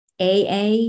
AA